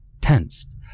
tensed